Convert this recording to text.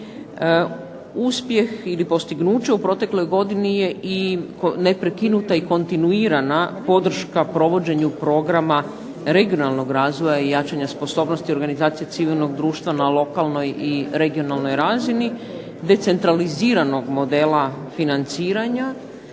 Uspjeh ili postignuće u protekloj godini je i neprekinuta i kontinuirana podrška provođenju programa regionalnog razvoja i jačanja sposobnosti organizacije civilnog društva na lokalnoj i regionalnoj razini, decentraliziranog modela financiranja,